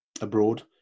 abroad